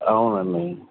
అవునండి